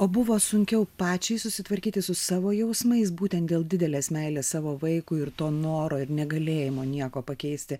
o buvo sunkiau pačiai susitvarkyti su savo jausmais būtent dėl didelės meilės savo vaikui ir to noro ir negalėjimo nieko pakeisti